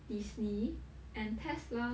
Disney and Tesla